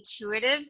Intuitive